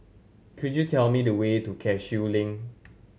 could you tell me the way to Cashew Link